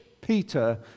Peter